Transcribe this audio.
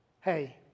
hey